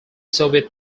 soviet